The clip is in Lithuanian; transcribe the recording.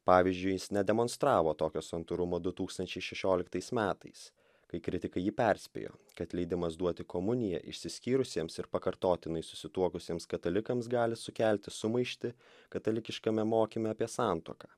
pavyzdžiui jis nedemonstravo tokio santūrumo du tūkstančiai šešioliktais metais kai kritikai jį perspėjo kad leidimas duoti komuniją išsiskyrusiems ir pakartotinai susituokusiems katalikams gali sukelti sumaištį katalikiškame mokyme apie santuoką